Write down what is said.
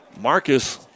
Marcus